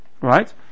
right